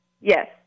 Yes